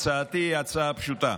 הצעתי היא הצעה פשוטה.